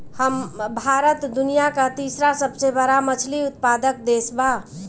भारत दुनिया का तीसरा सबसे बड़ा मछली उत्पादक देश बा